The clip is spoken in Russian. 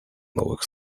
новых